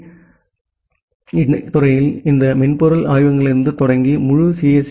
C துறையில் உள்ள இந்த மென்பொருள் ஆய்வகங்களிலிருந்து தொடங்கி முழு சி